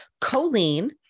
Choline